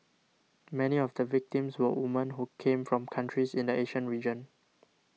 many of the victims were woman who came from countries in the Asian region